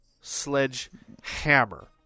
sledgehammer